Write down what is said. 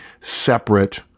separate